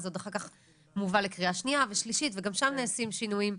זה עוד אחר כך מובא לקריאה שנייה ושלישית וגם שם נעשים שינויים.